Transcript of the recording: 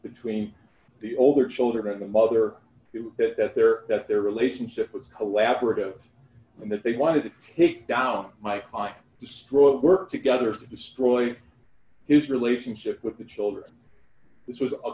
between the older children and the mother d that their that their relationship is collaborative and that they want to take down my fly destroy work together to destroy his relationship with the children this was a